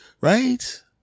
right